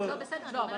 אין